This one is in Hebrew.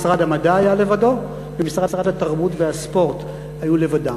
משרד המדע היה לבדו ומשרד התרבות והספורט היה לבדו,